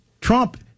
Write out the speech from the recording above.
Trump